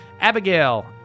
Abigail